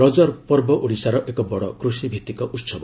ରକପର୍ବ ଓଡ଼ିଶାର ଏକ ବଡ଼ କୃଷିଭିତ୍ତିକ ଉତ୍ସବ